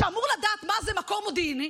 שאמור לדעת מה זה מקור מודיעיני,